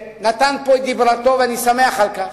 שנתן פה את דברתו, ואני שמח על כך,